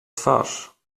twarz